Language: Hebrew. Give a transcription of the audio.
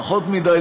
פחות מדי,